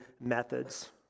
methods